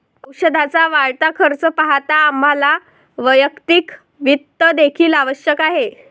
औषधाचा वाढता खर्च पाहता आम्हाला वैयक्तिक वित्त देखील आवश्यक आहे